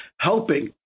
helping